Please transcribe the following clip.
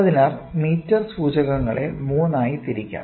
അതിനാൽ മീറ്റർ സൂചകങ്ങളെ മൂന്നായി തിരിക്കാം